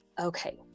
Okay